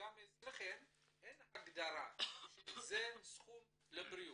שגם אצלכם אין הגדרה של סכום מסוים לבריאות.